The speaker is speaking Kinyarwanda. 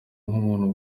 n’umuntu